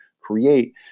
create